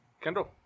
Kendall